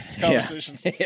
conversations